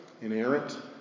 inerrant